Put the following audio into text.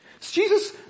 Jesus